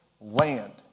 land